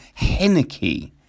Henneke